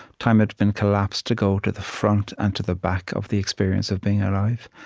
time had been collapsed, to go to the front and to the back of the experience of being alive.